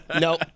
no